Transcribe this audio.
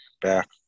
back